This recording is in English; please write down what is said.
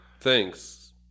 Thanks